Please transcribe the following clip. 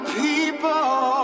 people